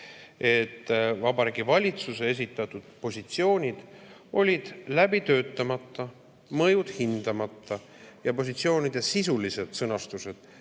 et Vabariigi Valitsuse esitatud positsioonid olid läbi töötamata, mõjud hindamata ja positsioonide sisulised sõnastused